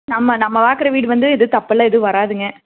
நம்ம நம்ம பார்க்கற வீடு வந்து இது தப்பெல்லாம் ஏதும் வராதுங்க